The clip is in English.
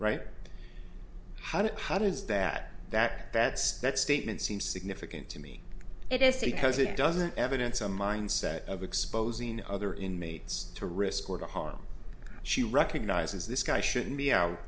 right how did how does that that that's that statement seems significant to me it is safe because it doesn't evidence a mindset of exposing other inmates to risk or to harm she recognizes this guy shouldn't be out